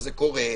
וזה קורה,